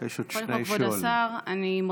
יש עוד שני שואלים.